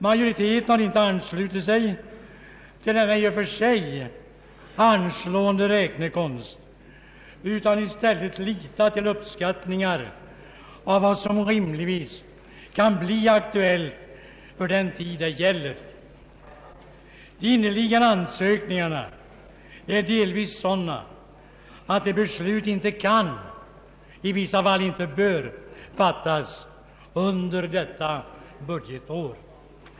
Majoriteten har inte anslutit sig till denna i och för sig anslående räknekonst utan i stället litat till uppskattningar av vad som rimligtvis kan bli aktuellt för den tid det gäller. De inneliggande ansökningarna är delvis sådana att beslut inte kan — i vissa fall inte bör — fattas under detta budgetår.